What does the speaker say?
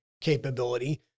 capability